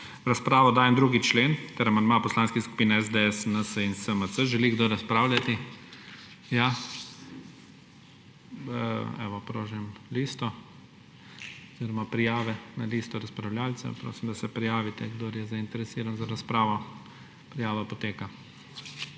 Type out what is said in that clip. razpravo dajem 2. člen ter amandma poslanskih skupin SDS, NSi in SMC. Želi kdo razpravljati? Ja. Prožim listo oziroma prijave na listo razpravljavcev. Prosim, da se prijavite, kdor je zainteresiran za razpravo. Prijava poteka.